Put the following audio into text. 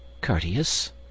courteous